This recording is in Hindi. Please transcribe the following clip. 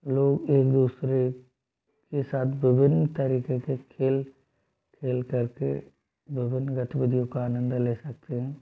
लोग एक दूसरे के साथ विभिन्न तरीके के खेल खेल कर के विभिन्न गतिविधियों का आनंद ले सकते हैं